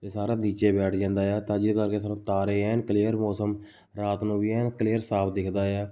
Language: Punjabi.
ਇਹ ਸਾਰਾ ਨੀਚੇ ਬੈਠ ਜਾਂਦਾ ਆ ਤਾਂ ਜਿਹਦੇ ਕਰਕੇ ਸਾਨੂੰ ਤਾਰੇ ਐਨ ਕਲੀਅਰ ਮੌਸਮ ਰਾਤ ਨੂੰ ਵੀ ਐਨ ਕਲੀਅਰ ਸਾਫ਼ ਦਿਖਦਾ ਆ